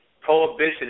prohibition